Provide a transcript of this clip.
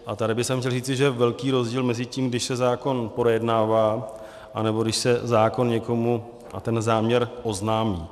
A tady bych chtěl říci, že je velký rozdíl mezi tím, když se zákon projednává, anebo když se zákon někomu a ten záměr oznámí.